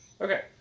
Okay